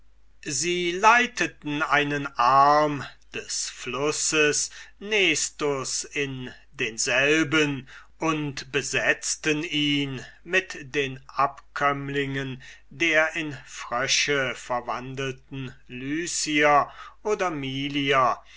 sie leiteten einen arm des flusses nestus in denselben und besetzten ihn mit den abkömmlingen der in frösche verwandelten lycier oder